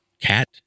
cat